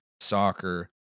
soccer